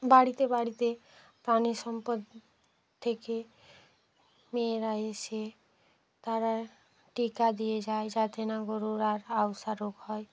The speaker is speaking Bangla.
বাড়িতে বাড়িতে প্রাণিসম্পদ থেকে মেয়েরা এসে তারা টিকা দিয়ে যায় যাতে না গরুরা আর আউসা রোগ হয়